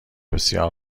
بسیار